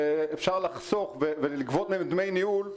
אפשר לחסוך ולגבות מהם דמי ניהול,